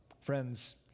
Friends